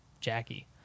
Jackie